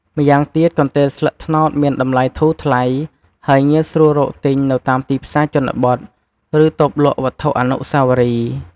ម្យ៉ាងទៀត កន្ទេលស្លឹកត្នោតមានតម្លៃធូរថ្លៃ ហើយងាយស្រួលរកទិញនៅតាមទីផ្សារជនបទ ឬតូបលក់វត្ថុអនុស្សាវរីយ៍។